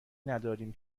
نداریم